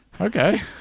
Okay